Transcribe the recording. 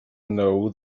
know